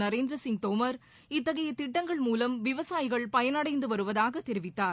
நரேந்திர சிங் தோம் இத்தகைய திட்டங்கள் மூலம் விவசாயிகள் பயனடைந்து வருவதாக தெரிவித்தார்